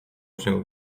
się